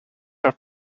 have